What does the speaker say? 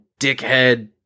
dickhead